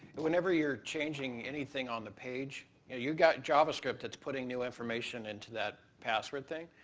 and whenever you're changing anything on the page, you've got javascript that's putting new information into that password thing,